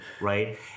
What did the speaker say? right